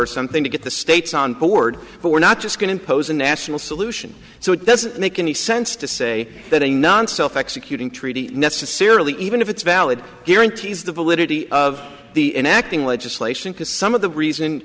or something to get the states on board but we're not just going to impose a national solution so it doesn't make any sense to say that a non self executing treaty necessarily even if it's valid guarantees the validity of the enacting legislation because some of the reason